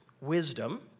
wisdom